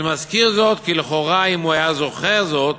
אני מזכיר זאת, כי לכאורה אם הוא היה זוכר זאת,